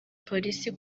polisi